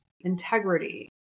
integrity